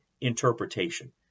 interpretation